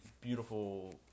beautiful